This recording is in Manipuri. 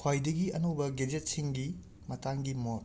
ꯈ꯭ꯋꯥꯏꯗꯒꯤ ꯑꯅꯧꯕ ꯒꯦꯖꯦꯠꯁꯤꯡꯒꯤ ꯃꯇꯥꯡꯒꯤ ꯃꯣꯠ